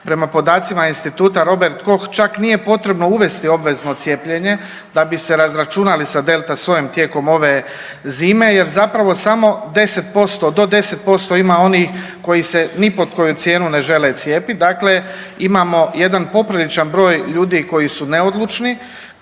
Prema podacima Instituta Robert Koch čak nije potrebno uvesti obvezno cijepljenje da bi se razračunali sa delta sojem tijekom ove zime jer zapravo samo 10%, do 10% ima onih koji se ni pod koju cijenu ne žele cijepiti. Dakle, imamo jedan popriličan broj ljudi koji su neodlučni